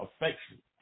affection